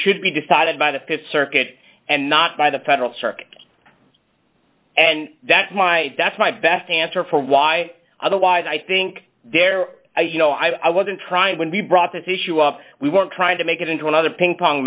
should be decided by the th circuit and not by the federal circuit and that my that's my best answer for why otherwise i think they're you know i wasn't trying when we brought this issue up we weren't trying to make it into another ping pong